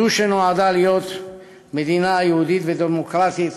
זו שנועדה להיות מדינה יהודית ודמוקרטית,